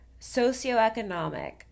socioeconomic